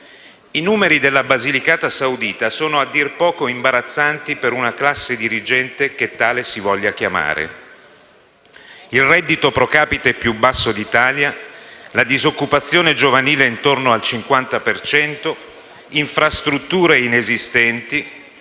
I numeri della "Basilicata Saudita" sono a dir poco imbarazzanti per una classe dirigente che tale si voglia chiamare. Il reddito *pro capite* è il più basso d'Italia, la disoccupazione giovanile è intorno al 50 per cento, le infrastrutture sono inesistenti